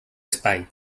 espai